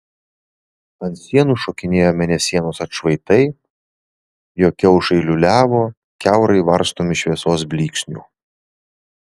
ant sienų šokinėjo mėnesienos atšvaitai jo kiaušai liūliavo kiaurai varstomi šviesos blyksnių